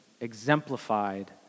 exemplified